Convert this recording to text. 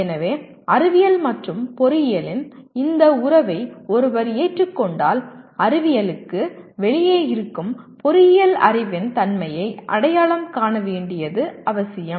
எனவே அறிவியல் மற்றும் பொறியியலின் இந்த உறவை ஒருவர் ஏற்றுக்கொண்டால் அறிவியலுக்கு வெளியே இருக்கும் பொறியியல் அறிவின் தன்மையை அடையாளம் காண வேண்டியது அவசியம்